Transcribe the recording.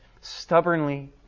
stubbornly